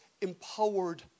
empowered